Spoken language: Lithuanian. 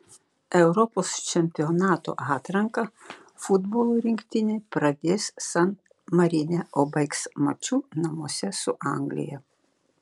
europos čempionato atranką futbolo rinktinė pradės san marine o baigs maču namuose su anglija